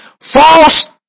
False